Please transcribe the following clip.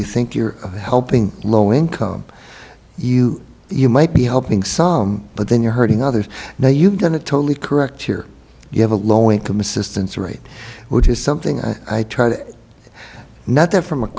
you think you're helping low income you you might be helping some but then you're hurting others now you've done a totally correct here you have a low income assistance rate which is something i try to not there from a